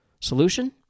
Solution